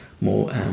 more